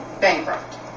bankrupt